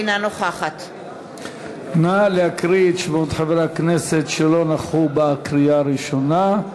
אינה נוכחת נא להקריא את שמות חברי הכנסת שלא נכחו בקריאה הראשונה,